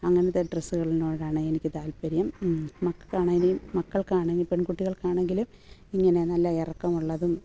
അങ്ങനത്തെ ഡ്രസ്സുകളോടാണ് എനിക്ക് താല്പര്യം മക്കൾക്കാണെങ്കിലും മക്കൾക്കാണെങ്കിൽ പെൺക്കുട്ടികൾക്ക് ആണെങ്കിലും ഇങ്ങനെ നല്ല ഇറക്കമുള്ളതും